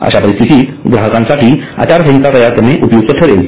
अशा परिस्थितीत ग्राहकांसाठी आचारसंहिता तयार करणे उपयुक्त ठरेल